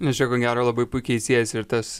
nes čia ko gero labai puikiai siejasi ir tas